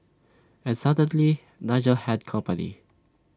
and suddenly Nigel had company